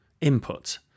Input